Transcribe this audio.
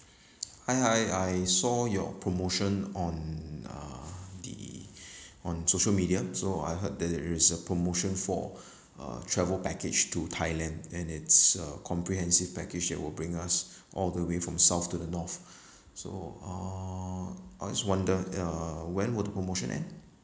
hi hi I saw your promotion on uh the on social media so I heard there is a promotion for uh travel package to thailand and it's a comprehensive package that will bring us all the way from south to the north so uh I always wonder uh when will the promotion and